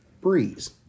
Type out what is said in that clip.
Breeze